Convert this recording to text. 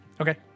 Okay